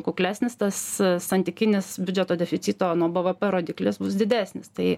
kuklesnis tas santykinis biudžeto deficito nuo bvp rodiklis bus didesnis tai